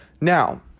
Now